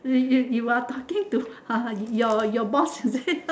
wait wait you are talking to ah your your boss is it